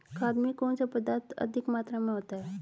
खाद में कौन सा पदार्थ अधिक मात्रा में होता है?